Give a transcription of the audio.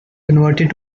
converted